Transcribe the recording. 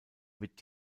wird